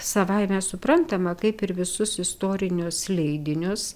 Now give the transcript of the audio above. savaime suprantama kaip ir visus istorinius leidinius